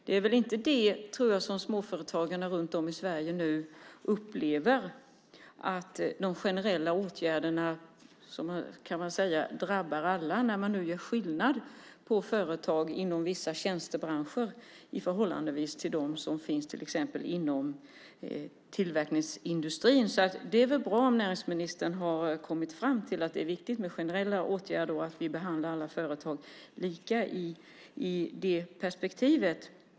Det är väl inte det som småföretagarna runt om i Sverige nu upplever, att de generella åtgärderna drabbar alla, när man nu gör skillnad på företag inom vissa tjänstebranscher i förhållande till dem som finns till exempel inom tillverkningsindustrin. Det är väl bra om näringsministern har kommit fram till att det är viktigt med generella åtgärder och att vi behandlar alla företag lika i det perspektivet.